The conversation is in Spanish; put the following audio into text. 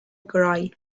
cry